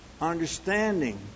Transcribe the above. Understanding